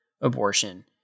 abortion